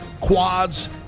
quads